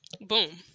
Boom